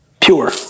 Pure